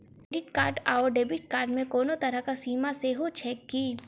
Credit card आओर debit card मे कोनो तरहक सीमा सेहो छैक की?